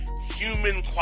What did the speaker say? human